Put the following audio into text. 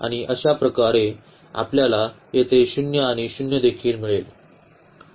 तर आणि अशा प्रकारे आपल्याला येथे 0 आणि 0 देखील मिळेल